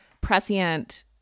prescient